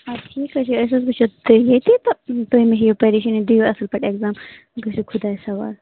اَدٕ ٹھیٖک حظ چھُ أسۍ حظ وُچَھو تۄہہِ یتَتھ تہٕ تۄہہِ مہٕ ہیٚیِو پریشٲنی دِیو اَصٕل پٲٹھۍ ایٚکزام گٔژھِو خۄدایَس حوالہٕ